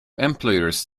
employers